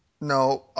No